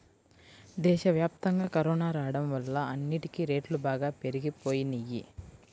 దేశవ్యాప్తంగా కరోనా రాడం వల్ల అన్నిటికీ రేట్లు బాగా పెరిగిపోయినియ్యి